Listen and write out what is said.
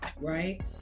right